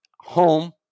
home